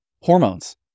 hormones